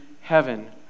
heaven